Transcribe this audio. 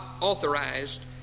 authorized